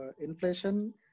Inflation